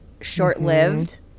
short-lived